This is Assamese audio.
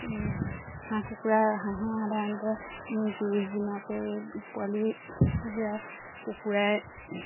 হাঁহ কুকুৰা হাঁহে সাধাৰণতে ত্ৰিছ দিনতেই পোৱালি উলিয়াই কুকুৰাই